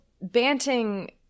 Banting